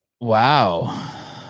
Wow